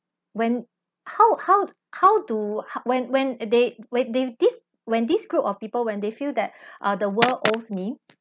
when how how how do h~when when they when they this when this group of people when they feel that ah the world owes me